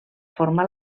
forma